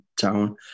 Town